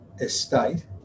estate